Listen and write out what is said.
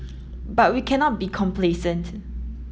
but we cannot be complacent